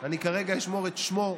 אני כרגע אשמור את שמו אצלי.